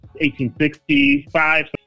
1865